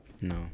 No